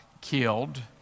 killed